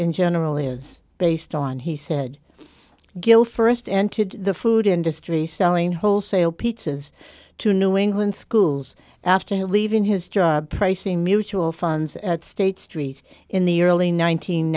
in general is based on he said gill st entered the food industry selling wholesale pizzas to new england schools after leaving his job pricing mutual funds at state street in the early